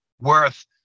worth